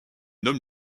nomme